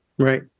Right